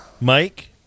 Mike